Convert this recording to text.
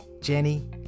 Jenny